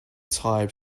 type